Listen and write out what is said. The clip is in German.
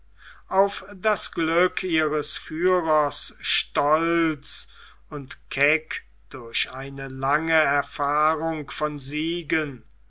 auf das glück ihres führers stolz und keck durch eine lange erfahrung von siegen